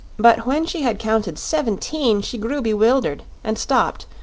but when she had counted seventeen she grew bewildered and stopped,